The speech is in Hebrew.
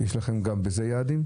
יש לכם גם בזה יעדים?